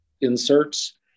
inserts